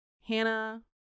Hannah